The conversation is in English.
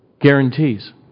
guarantees